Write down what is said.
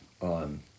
on